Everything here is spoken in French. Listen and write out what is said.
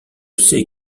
sais